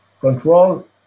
control